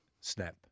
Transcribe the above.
Snap